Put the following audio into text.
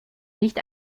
nicht